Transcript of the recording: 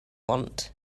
want